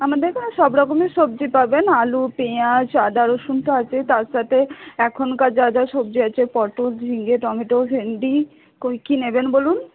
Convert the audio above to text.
আমাদের এখানে সবরকমের সবজি পাবেন আলু পেঁয়াজ আদা রসুন তো আছেই তার সাথে এখনকার যা যা সবজি আছে পটল ঝিঙে টমেটো ভেন্ডি কোন কী নেবেন বলুন